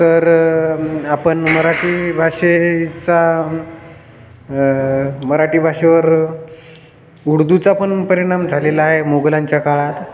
तर आपण मराठी भाषेचा मराठी भाषेवर उर्दूचा पण परिणाम झालेला आहे मोगलांच्या काळात